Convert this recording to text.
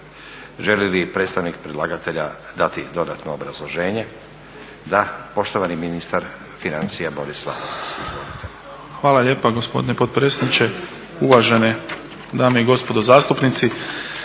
Želi li predstavnik predlagatelja dati dodatno obrazloženje? Da. Poštovani ministar financija Boris Lalovac. Izvolite. **Lalovac, Boris (SDP)** Hvala lijepa gospodine potpredsjedniče. Uvažene dame i gospodo zastupnici.